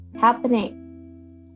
happening